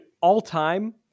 all-time